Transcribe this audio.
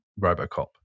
Robocop